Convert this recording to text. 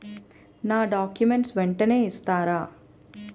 నా డాక్యుమెంట్స్ వెంటనే ఇస్తారా?